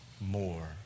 more